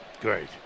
Great